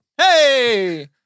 Hey